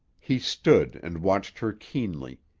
he stood and watched her keenly.